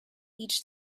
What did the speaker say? each